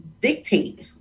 dictate